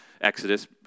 Exodus